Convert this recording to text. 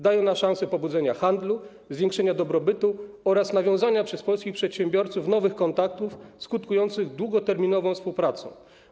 Dają one nam szansę pobudzenia handlu, zwiększenia dobrobytu oraz nawiązania przez polskich przedsiębiorców nowych kontaktów skutkujących długoterminową współpracą.